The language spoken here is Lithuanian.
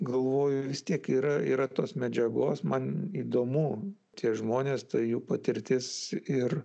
galvoju vis tiek yra yra tos medžiagos man įdomu tie žmonės ta jų patirtis ir